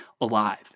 alive